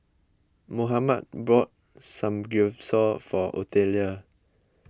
Mohammed bought Samgyeopsal for Otelia